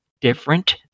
different